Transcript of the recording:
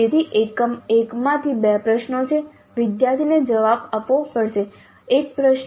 તેથી એકમ 1 માંથી 2 પ્રશ્નો છે વિદ્યાર્થીએ જવાબ આપવો પડશે 1 પ્રશ્ન